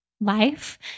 life